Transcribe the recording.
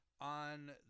on